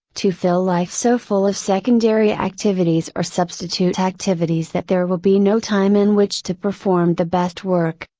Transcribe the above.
to fill life so full of secondary activities or substitute activities that there will be no time in which to perform the best work,